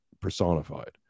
personified